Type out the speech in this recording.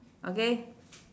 okay